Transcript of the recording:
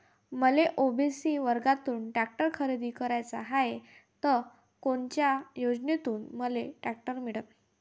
मले ओ.बी.सी वर्गातून टॅक्टर खरेदी कराचा हाये त कोनच्या योजनेतून मले टॅक्टर मिळन?